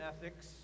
ethics